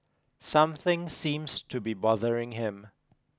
something seems to be bothering him